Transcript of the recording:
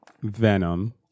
Venom